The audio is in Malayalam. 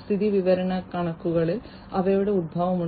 സ്ഥിതിവിവരക്കണക്കുകളിൽ അവയുടെ ഉത്ഭവം ഉണ്ട്